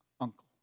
Uncle